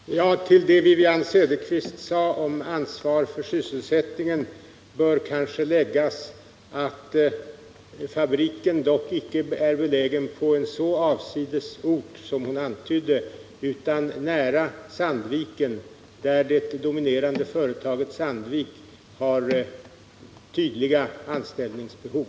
Herr talman! Till det som Wivi-Anne Cederqvist sade om ansvar för sysselsättningen bör kanske läggas att fabriken dock icke är belägen på en så avsides ort som hon antydde, utan nära Sandviken där det dominerande företaget Sandvik har tydliga anställningsbehov.